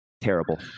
terrible